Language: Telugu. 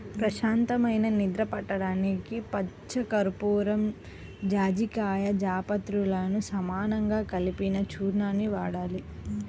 ప్రశాంతమైన నిద్ర పట్టడానికి పచ్చకర్పూరం, జాజికాయ, జాపత్రిలను సమానంగా కలిపిన చూర్ణాన్ని వాడాలి